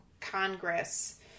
Congress